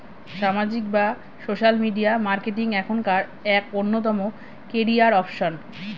সামাজিক বা social media marketing এখনকার এক অন্যতম ক্যারিয়ার অপশন